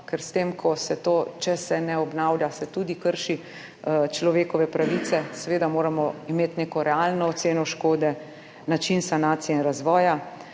ker če se ne obnavlja, se tudi krši človekove pravice. Seveda moramo imeti neko realno oceno škode, način sanacije in razvoja,